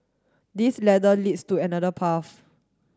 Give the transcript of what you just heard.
this ladder leads to another path